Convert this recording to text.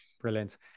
Brilliant